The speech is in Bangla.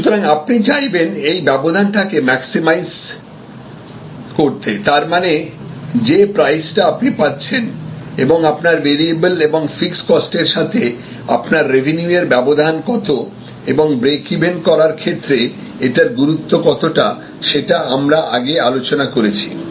সুতরাং আপনি চাইবেন এই ব্যবধান টাকে ম্যাক্সিমাইজ করতে তার মানে যে প্রাইসটা আপনি পাচ্ছেন এবং আপনার ভেরিয়েবল এবং ফিক্সড কস্ট এর সাথে আপনার রেভিনিউয়ের ব্যবধান কত এবং ব্রেক ইভেন করার ক্ষেত্রে এটার গুরুত্ব কতটা সেটা আমরা আগে আলোচনা করেছি